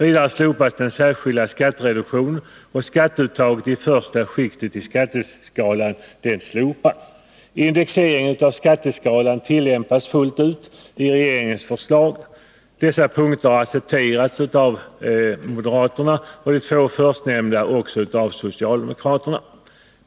Vidare slopas den särskilda skattereduktionen liksom skatteuttaget i första skiktet i skatteskalan. Indexeringen av skatteskalan tillämpas fullt ut i regeringens förslag. Förslagen på dessa punkter har accepterats av moderaterna, de två förstnämnda också av socialdemokraterna.